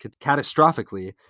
catastrophically